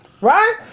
right